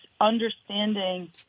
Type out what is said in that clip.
understanding